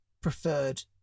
preferred